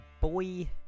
boy